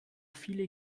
viele